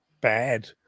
bad